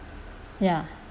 ya